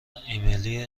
امیلی